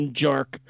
jerk